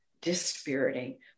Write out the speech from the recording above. dispiriting